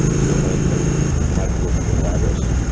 you are gonna make much greater progress.